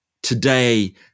Today